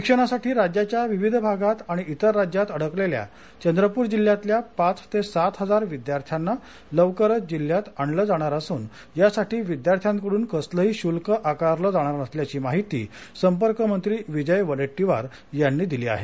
शिक्षणासाठी राज्याच्या विविध भागात आणि इतर राज्यात अडकलेल्या चंद्रपूर जिल्ह्यातल्या पाच ते सात हजार विद्यार्थ्यांना लवकरच जिल्ह्यात आणलं जाणार असून यासाठी विद्यार्थ्यांकडून कसलंही शुल्क आकारलं जाणार नसल्याची माहिती संपर्क मंत्री विजय वडेट्टीवार यांनी दिली आहे